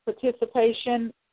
participation